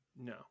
No